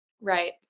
Right